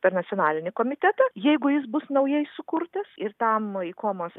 per nacionalinį komitetą jeigu jis bus naujai sukurtas ir tam ikomos